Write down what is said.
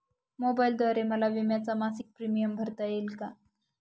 मोबाईलद्वारे मला विम्याचा मासिक प्रीमियम भरता येईल का?